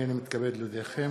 הנני מתכבד להודיעכם,